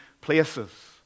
places